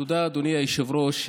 תודה, אדוני היושב-ראש.